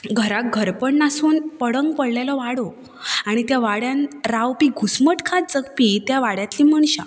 घराक घरपण नासून पडंग पडिल्लो वाडो आनी त्या वाड्यार रावपी घुसमटकार जगपी तीं त्या वाड्यांतली मनशां